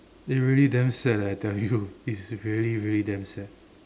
eh really damn sad eh I tell you it's really really damn sad